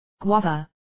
Guava